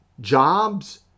jobs